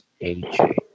AJ